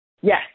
Yes